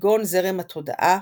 כגון זרם התודעה,